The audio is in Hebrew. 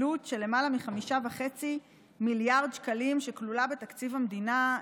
עלות של למעלה מ-5.5 מיליארד שקלים שכלולה בתקציב המדינה,